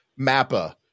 mappa